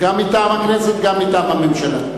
גם מטעם הכנסת, גם מטעם הממשלה.